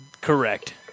Correct